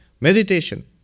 meditation